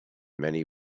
many